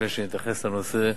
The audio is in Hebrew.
לפני שאני אתייחס לנושא,